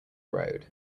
road